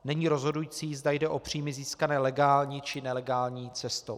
Není rozhodující, zda jde o příjmy získané legální, či nelegální cestou.